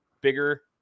bigger